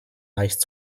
leicht